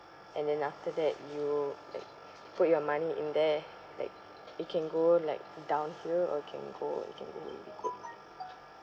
and then after that you like put your money in there like it can go like downhill or can go it can go really good